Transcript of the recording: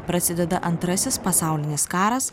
prasideda antrasis pasaulinis karas